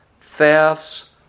thefts